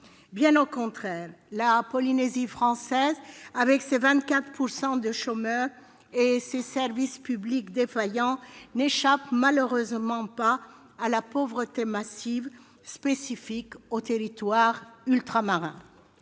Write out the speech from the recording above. Bien au contraire, la Polynésie française, avec ses 24 % de chômeurs et ses services publics défaillants, n'échappe malheureusement pas à la pauvreté massive, spécifique aux territoires ultramarins.